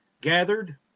gathered